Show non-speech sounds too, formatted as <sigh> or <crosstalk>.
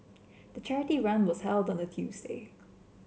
the charity run was <unintelligible> a Tuesday